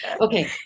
okay